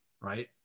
right